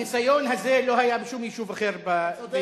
הניסיון הזה לא היה בשום יישוב אחר בישראל.